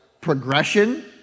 progression